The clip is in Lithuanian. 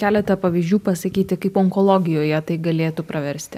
keletą pavyzdžių pasakyti kaip onkologijoje tai galėtų praversti